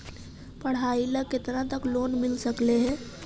पढाई ल केतना तक लोन मिल सकले हे?